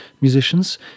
musicians